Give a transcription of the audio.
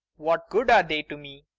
what good are they to me?